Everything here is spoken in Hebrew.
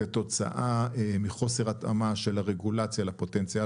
כתוצאה מחוסר התאמה של הרגולציה לפוטנציאל